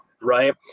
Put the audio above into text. Right